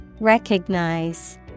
Recognize